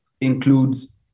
includes